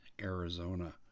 arizona